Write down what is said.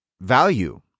value